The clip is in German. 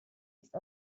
ist